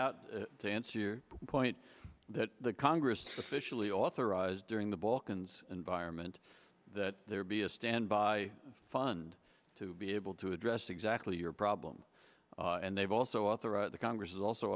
out to answer your point that the congress officially authorized during the balkans environment that there be a standby fund to be able to address exactly your problem and they've also author of the congress is also